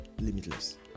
limitless